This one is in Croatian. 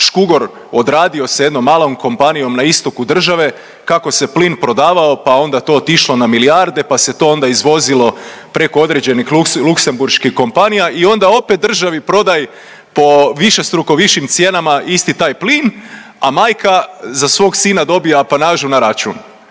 Škugor odradio sa jednom malom kompanijom na istoku države kako se plin prodavao, pa onda to otišlo na milijarde, pa se to onda izvozilo preko određenih luksemburških kompanija i onda opet državi prodaj po višestruko višim cijenama isti taj plin, a majka za svog sina dobija apanažu na račun